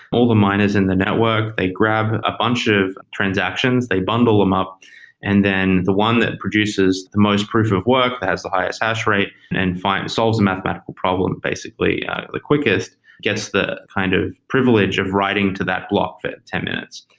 all the miners in the network they grab a bunch of transactions, they bundle them up and then the one that produces the most proof of work that has the highest hash rate and solves the mathematical problem basically the quickest gets the kind of privilege of writing to that block fit ten minutes.